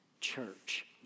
church